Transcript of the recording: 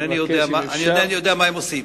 אינני יודע מה הם עושים.